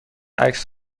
عکس